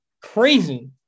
crazy